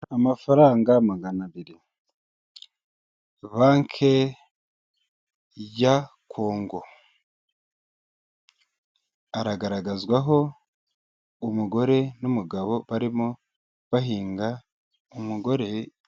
Amafaranga magana abiri, banki ya Kongo, aragaragazwaho umugore n'umugabo barimo bahinga, umugore..